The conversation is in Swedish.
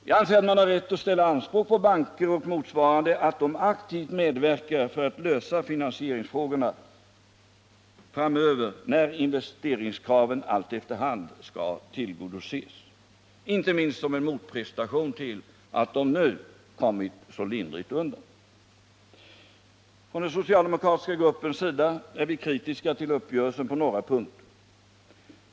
Jag anser att man har rätt att ställa anspråk på banker och motsvarande att de aktivt medverkar för att lösa finansieringsfrågorna framöver, när investeringskraven efter hand skall tillgodoses, inte minst som en motprestation till att de nu kommit så lindrigt undan. Den socialdemokratiska gruppen är kritisk till uppgörelsen på några punkter.